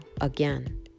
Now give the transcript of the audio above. again